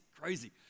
crazy